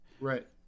Right